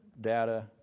data